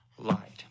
light